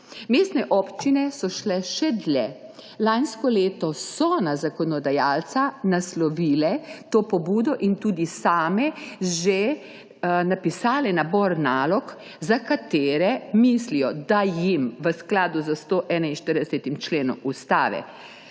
Mestne občine so šle še dlje. Lansko leto so na zakonodajalca naslovile to pobudo in tudi same že napisale nabor nalog, za katere mislijo, da jim v skladu s 141. členom Ustave